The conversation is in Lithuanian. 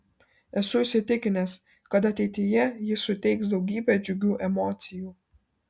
esu įsitikinęs kad ateityje ji suteiks daugybę džiugių emocijų